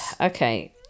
Okay